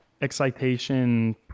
excitation